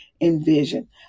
envision